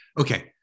okay